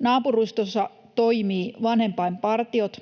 Naapurustossa toimivat vanhempainpartiot,